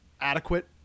adequate